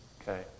okay